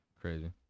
Crazy